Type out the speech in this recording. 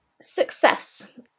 Success